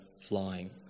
flying